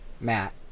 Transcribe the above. Matt